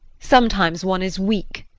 sometimes one is weak